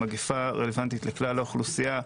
המגפה רלוונטית לכלל האוכלוסייה,